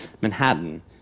Manhattan